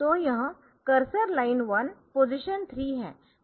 तो यह cursor line 1 position 3 है